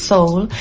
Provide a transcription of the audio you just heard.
Soul